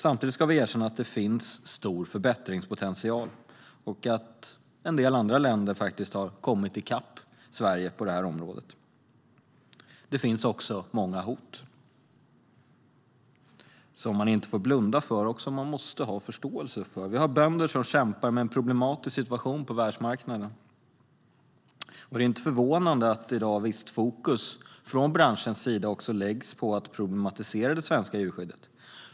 Samtidigt ska vi erkänna att det finns stor förbättringspotential och att en del andra länder faktiskt har kommit i kapp Sverige på detta område. Det finns också många hot som man inte får blunda för och som man måste ha förståelse för. Vi har bönder som kämpar med en problematisk situation på världsmarknaden, och det är inte förvånandet att visst fokus från branschens sida i dag också läggs på att problematisera det svenska djurskyddet.